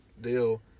deal